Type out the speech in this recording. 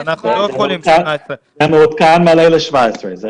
הוא מעודכן ל-17.